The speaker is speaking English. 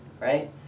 right